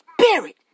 spirit